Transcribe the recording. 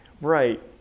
Right